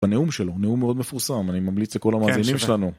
‫בנאום שלו, נאום מאוד מפורסם, ‫אני ממליץ לכל המאזינים שלנו.